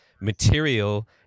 material